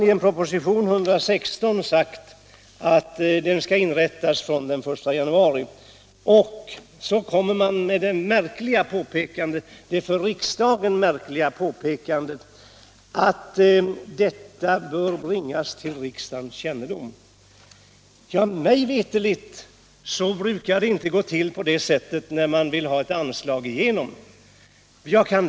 I propositionen 116 sägs att en sådan enhet skall inrättas från den 1 januari 1978. Men så gör man det för riksdagen märkliga påpekandet att detta bör bringas till riksdagens kännedom. Mig veterligen brukar det inte gå så till när man vill få igenom ett anslag.